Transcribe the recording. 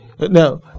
Now